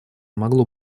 могло